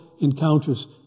encounters